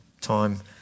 time